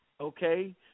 Okay